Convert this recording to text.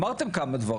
אמרתם כמה דברים,